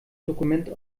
dokument